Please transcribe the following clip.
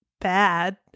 bad